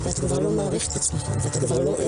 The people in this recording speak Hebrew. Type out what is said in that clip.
כמו בהתמכרויות שונות לחומרים כגון סמים או אלכוהול,